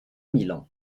milan